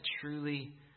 truly